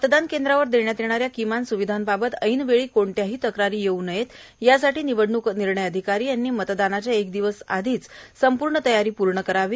मतदान केंद्रावर देण्यात येणाऱ्या किमान सुविधांबाबत ऐनवेळी कोणत्याही तक्रारी येऊ नये यासाठी निवडणूक निर्णय अधिकारी यांनी मतदानाच्या एक दिवस पूर्वीच संपूर्ण तयारी पूर्ण करावी